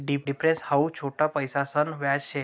difference how छोट पैसासन व्याज शे